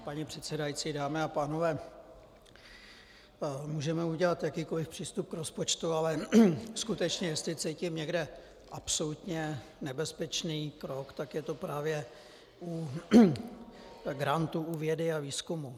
Paní předsedající, dámy a pánové, můžeme udělat jakýkoli přístup k rozpočtu, ale skutečně jestli cítím někde absolutně nebezpečný krok, tak je to právě u grantů u vědy a výzkumu.